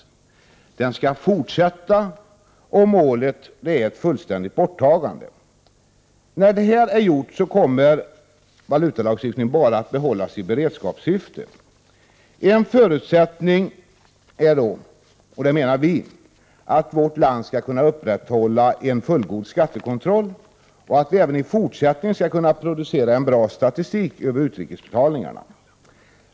Avregleringen skall fortsätta, och målet är ett fullständigt borttagande. När detta är gjort kommer valutalagstiftningen bara att behållas i beredskapssyfte. En förutsättning är dock, menar vi, att vårt land skall kunna upprätthålla en fullgod skattekontroll och att vi även i fortsättningen skall kunna producera en bra statistik över utrikesbetalningarna.